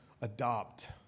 adopt